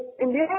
India